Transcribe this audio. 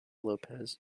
lopez